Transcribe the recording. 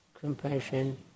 compassion